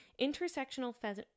Intersectional